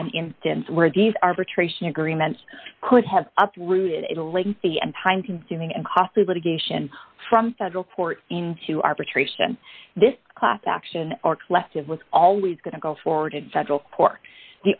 an instance where the arbitration agreement could have up rooted in a lengthy and time consuming and costly litigation from federal court into arbitration this class action or collective was always going to go forward in federal court the